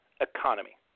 economy